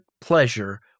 pleasure